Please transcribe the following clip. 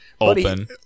open